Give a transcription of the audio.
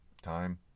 time